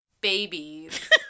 babies